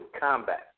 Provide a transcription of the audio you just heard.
combat